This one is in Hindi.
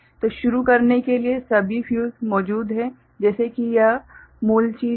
तो शुरू करने के लिए सभी फ़्यूज़ मौजूद हैं जैसे कि यह मूल चीज़ है